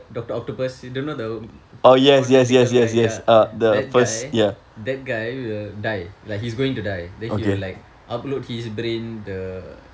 doctor octopus you don't know the four tentacle guy ya that guy that guy will die like he's going to die then he will like upload his brain the